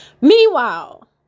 Meanwhile